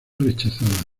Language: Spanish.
rechazada